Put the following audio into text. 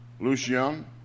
Lucian